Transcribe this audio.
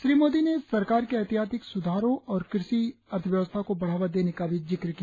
श्री मोदी ने सरकार के ऐतिहासिक स्धारों और कृषि अर्थव्यवस्था को बढावा देने का भी जिक्र किया